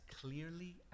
clearly